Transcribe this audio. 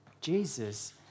Jesus